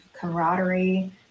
camaraderie